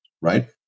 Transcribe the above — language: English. right